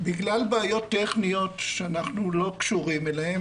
בגלל בעיות טכניות שאנחנו לא קשורים אליהן,